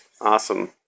Awesome